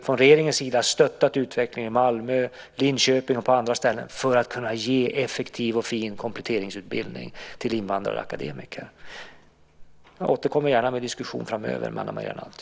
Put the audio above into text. Från regeringens sida har vi stöttat utvecklingen i Malmö, Linköping och på andra ställen för att man ska kunna ge effektiv och fin kompletteringsutbildning till invandrade akademiker. Jag återkommer gärna till diskussion framöver med Ana Maria Narti.